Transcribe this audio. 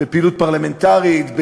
בפעילות פרלמנטרית,